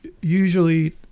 usually